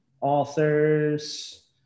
authors